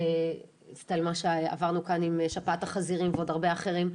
סטייל מה שעברנו כאן עם שפעת החזירים ועוד הרבה אחרות,